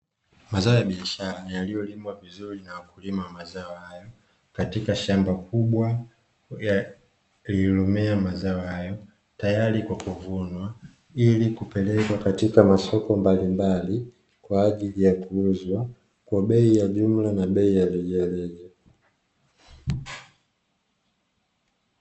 Mazao ya biashara yaliyolimwa vizuri na wakulima wa mazao hayo katika shamba kubwa lililomea mazao hayo, tayari kwa kuvunwa ili kupelekwa katika masoko mbali mbali kwa ajili ya kuuzwa kwa bei ya jumla na bei ya reja reja.